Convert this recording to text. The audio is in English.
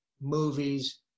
movies